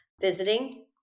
visiting